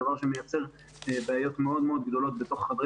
דבר שמייצר בעיות מאוד מאוד גדולות בתוך חדרי